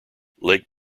lake